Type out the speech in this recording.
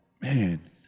man